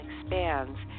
expands